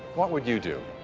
what would you do?